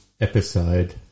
episode